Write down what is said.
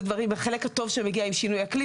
זה החלק הטוב שמגיע עם שינוי אקלים.